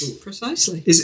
Precisely